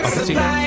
supply